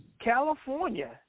California